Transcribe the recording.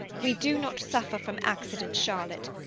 we do not suffer from accident, charlotte.